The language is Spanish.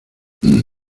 riesgos